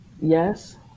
yes